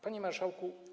Panie Marszałku!